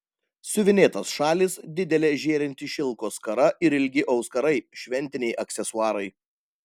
siuvinėtas šalis didelė žėrinti šilko skara ir ilgi auskarai šventiniai aksesuarai